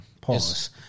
Pause